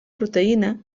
proteïna